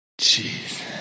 Jeez